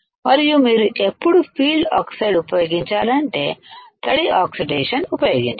మరియు మీరు ఎప్పుడు ఫీల్డ్ ఆక్సైడ్ ఉపయోగించాలంటే తడి ఆక్సిడేషన్ ఉపయోగించాలి